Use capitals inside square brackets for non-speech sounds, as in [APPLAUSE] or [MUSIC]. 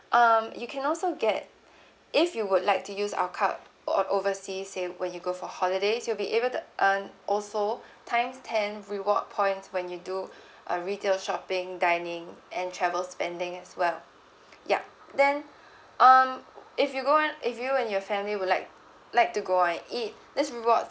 um you can also get if you would like to use our card or overseas w~ when you go for holidays you'll be able to earn also times ten reward points when you do uh retail shopping dining and travel spending as well [BREATH] yup then um if you go and if you and your family would like like to go on and eat this rewards